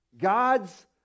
God's